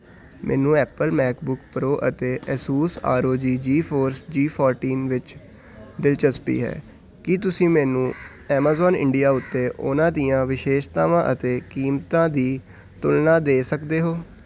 ਮੈਨੂੰ Apple MacBook Pro ਅਤੇ ASUS R O G Zephyrus G four G fourteen ਵਿੱਚ ਦਿਲਚਸਪੀ ਹੈ ਕੀ ਤੁਸੀਂ ਮੈਨੂੰ ਐਮਾਜ਼ੋਨ ਇੰਡੀਆ ਉੱਤੇ ਉਹਨਾਂ ਦੀਆਂ ਵਿਸ਼ੇਸ਼ਤਾਵਾਂ ਅਤੇ ਕੀਮਤਾਂ ਦੀ ਤੁਲਨਾ ਦੇ ਸਕਦੇ ਹੋ